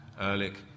Ehrlich